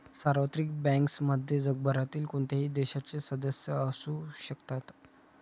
सार्वत्रिक बँक्समध्ये जगभरातील कोणत्याही देशाचे सदस्य असू शकतात